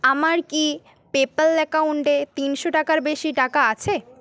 আমার কি পেপ্যল অ্যাকাউন্টে তিনশো টাকার বেশি টাকা আছে